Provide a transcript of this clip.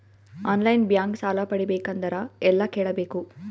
On line bank ಸಾಲ ಪಡಿಬೇಕಂದರ ಎಲ್ಲ ಕೇಳಬೇಕು?